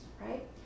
right